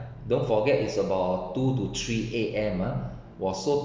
don't forget is about two to three A_M ah was so